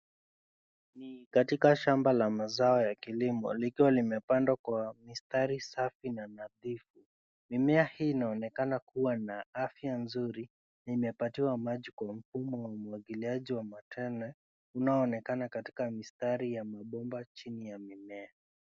Katika shamba la mazao ya kilimo likiwa limepandwa kwa mistari safi na nadhifu, mimea hii inaonekana kuwa na afya nzuri na imepatiwa maji kwa mfomu wa umwagiliaji wa matone unaonekana katika mistari ya mabomba chini ya mimea.